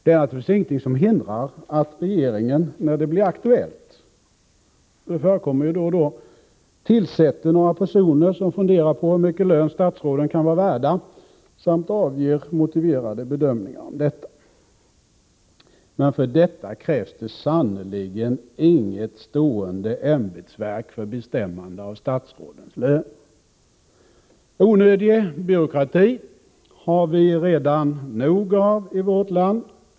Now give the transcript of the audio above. Det är naturligtvis ingenting som hindrar att regeringen när det blir aktuellt — det förekommer ju då och då = tillsätter några personer som funderar över hur stor lön statsråden kan vara värda samt avger motiverade bedömningar av detta. Men för detta krävs det sannerligen inte något stående ämbetsverk för bestämmande av statsrådens löner. Onödig byråkrati har vi redan nog av i vårt land.